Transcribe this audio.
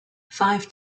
five